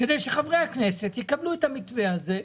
כדי שחברי הכנסת יקבלו את המתווה הזה,